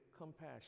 compassion